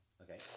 Okay